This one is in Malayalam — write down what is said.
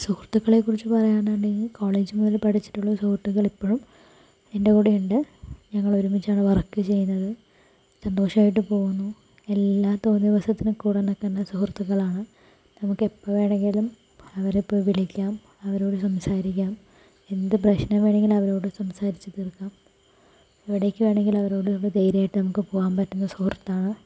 സുഹൃത്തുക്കളെ കുറിച്ച് പറയാന്നുണ്ടെങ്കിൽ കോളേജ് മുതല് പഠിച്ചിട്ടുള്ള സുഹൃത്തുക്കള് ഇപ്പഴും എൻറ കൂടെയുണ്ട് ഞങ്ങളൊരുമിച്ചാണ് വർക്ക് ചെയ്യുന്നത് സന്തോഷമായിട്ട് പോകുന്നു എല്ലാ തോന്നിവാസത്തിനും കൂടെ നിക്കുന്ന സുഹൃത്തുക്കളാണ് നമുക്കെപ്പോൾ വേണെങ്കിലും അവരെ പോയി വിളിക്കാം അവരോട് സംസാരിക്കാം എന്ത് പ്രശ്നം വേണെങ്കിലും അവരോട് സംസാരിച്ച് തീർക്കാം എവിടേയ്ക്ക് വേണെങ്കിലും അവരോട് നമ്മള് ധൈര്യായിട്ട് നമുക്ക് പോവാൻ പറ്റുന്ന സുഹൃത്താണ്